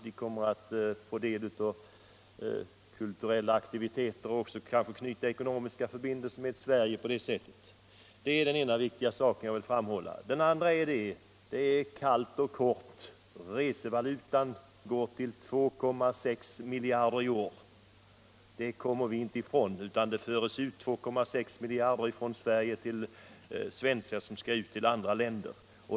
De får del av kulturella aktiviteter och kan kanske också knyta ekonomiska förbindelser med Sverige på det sättet. Det är den ena viktiga saken som jag vill framhålla. Den andra är kallt och kort att resevalutan går till 2,6 miljarder kronor i år. Det kommer vi inte ifrån. Det förs ut 2,6 miljarder kronor från Sverige av svenskar som skall resa till andra länder.